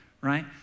right